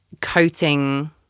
coating